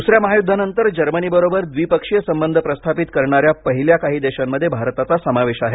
दुसऱ्या महायुद्धानंतर जर्मनीबरोबर द्विपक्षीय संबंध प्रस्थापित करणाऱ्या पहिल्या काही देशांमध्ये भारताचा समावेश आहे